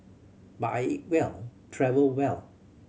but I eat well travel well